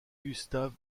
gustav